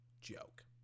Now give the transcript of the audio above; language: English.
joke